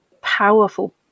powerful